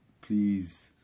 please